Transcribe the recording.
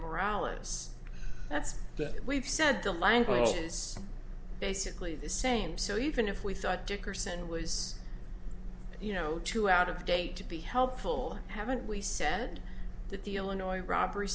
that's that we've said the language is basically the same so even if we thought dickerson was you know too out of date to be helpful haven't we said that the illinois robbery